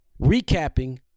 recapping